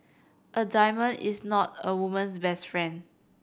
a diamond is not a woman's best friend